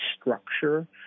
structure